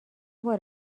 بار